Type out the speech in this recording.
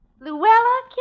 Luella